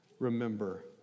Remember